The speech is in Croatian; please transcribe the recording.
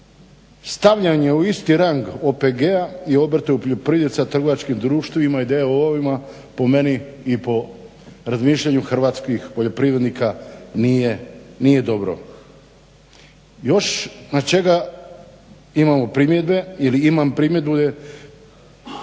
stavljanje u isti rang OPG-a i obrte u poljoprivredi sa trgovačkim društvima i d.o.o. po meni i po razmišljanju hrvatskih poljoprivrednika nije dobro. Još na što imamo primjedbe ili imam primjedbu